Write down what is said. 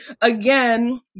again